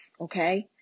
Okay